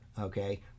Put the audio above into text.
Okay